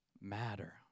matter